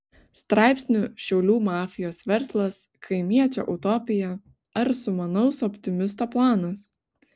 straipsnių šiaulių mafijos verslas kaimiečio utopija ar sumanaus optimisto planas